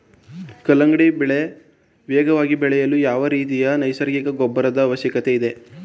ಕಲ್ಲಂಗಡಿ ಬೆಳೆ ವೇಗವಾಗಿ ಬೆಳೆಯಲು ಯಾವ ರೀತಿಯ ನೈಸರ್ಗಿಕ ಗೊಬ್ಬರದ ಅವಶ್ಯಕತೆ ಇದೆ?